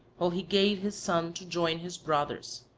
while he gave his son to join his brothers.